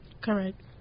Correct